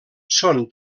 són